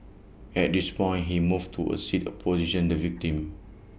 at this point he moved to A seat opposition the victim